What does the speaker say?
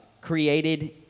created